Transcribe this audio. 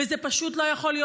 וזה פשוט לא יכול להיות.